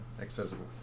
accessible